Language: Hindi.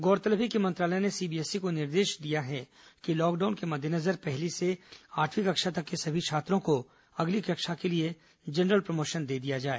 गौरतलब है कि मंत्रालय ने सीबीएसई को निर्देश दिया है कि लॉकडाउन के मद्देनजर पहली से आठवीं कक्षा तक के सभी छात्रों को अगली कक्षा के लिए जनरल प्रमोशन दे दिया जाए